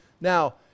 now